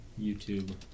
YouTube